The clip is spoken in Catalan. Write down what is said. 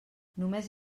només